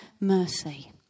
mercy